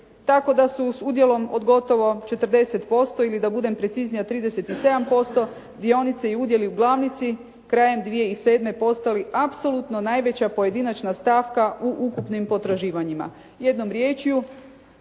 Tako da su s udjelom od gotovo 40% ili da budem preciznija 37% dionice i udjeli u glavnici krajem 2007. postali apsolutno najveća pojedinačna stavka u ukupnim potraživanjima.